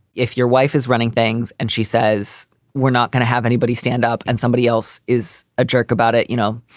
if your wife is running things and she says we're not gonna have anybody stand up and somebody else is a jerk about it, you know,